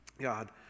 God